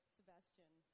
Sebastian